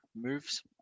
moves